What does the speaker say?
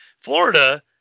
Florida